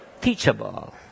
Teachable